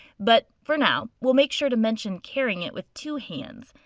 but for now, we'll make sure to mention carrying it with two hands.